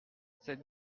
cette